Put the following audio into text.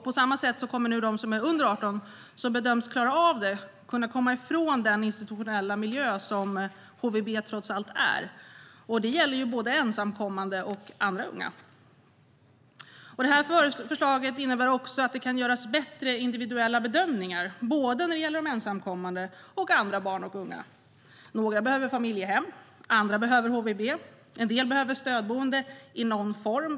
På samma sätt ska nu de under 18 som bedöms klara av det få komma ifrån den institutionella miljö som HVB trots allt är, och det gäller både ensamkommande och andra unga. Förslaget innebär också att det kan göras bättre individuella bedömningar när det gäller både de ensamkommande och andra barn och unga. Några behöver familjehem, andra behöver HVB, en del behöver stödboende i någon form.